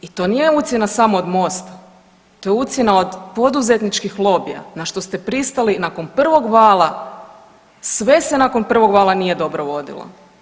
I to nije ucjena samo od MOST-a to je ucjena od poduzetničkih lobija na što ste pristali nakon prvog vala, sve se nakon prvog vala nije dobro vodilo.